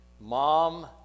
Mom